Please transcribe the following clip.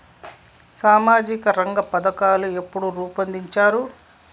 సామాజిక రంగ పథకాలు ఎప్పుడు రూపొందించారు?